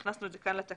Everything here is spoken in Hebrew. הכנסנו את זה כאן לתקנה.